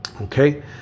okay